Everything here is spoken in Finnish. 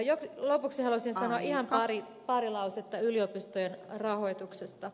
lopuksi haluaisin sanoa ihan pari lausetta yliopistojen rahoituksesta